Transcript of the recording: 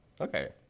Okay